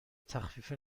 تخفیف